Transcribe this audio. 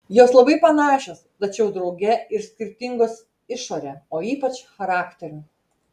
jos labai panašios tačiau drauge ir skirtingos išore o ypač charakteriu